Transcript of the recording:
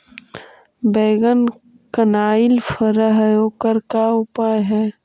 बैगन कनाइल फर है ओकर का उपाय है?